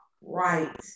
right